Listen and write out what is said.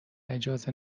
اجازه